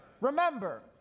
Remember